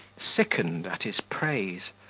sickened at his praise,